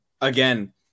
again